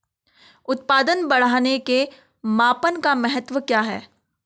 उत्पादन बढ़ाने के मापन का महत्व क्या है?